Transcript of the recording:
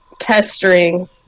pestering